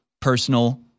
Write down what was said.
personal